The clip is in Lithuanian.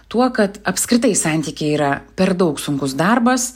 tuo kad apskritai santykiai yra per daug sunkus darbas